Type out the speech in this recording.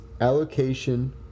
Allocation